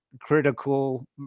critical